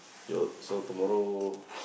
your so tomorrow